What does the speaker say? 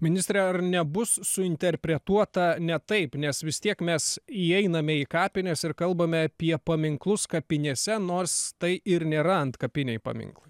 ministre ar nebus suinterpretuota ne taip nes vis tiek mes įeiname į kapines ir kalbame apie paminklus kapinėse nors tai ir nėra antkapiniai paminklai